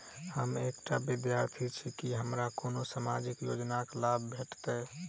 हम एकटा विद्यार्थी छी, की हमरा कोनो सामाजिक योजनाक लाभ भेटतय?